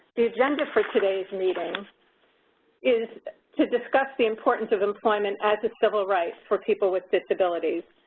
the agenda for today's meeting is to discuss the importance of employment as a civil right for people with disabilities.